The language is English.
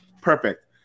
perfect